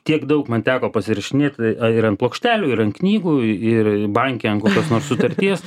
tiek daug man teko pasirašinėti ir ant plokštelių ir ant knygų ir banke ant kokios nors sutarties